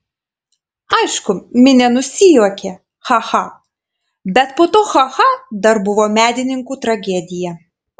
aišku minia nusijuokė cha cha bet po to cha cha dar buvo medininkų tragedija